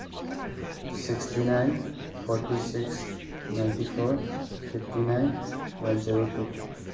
sixty nine forty six ninety four fifty nine one zero two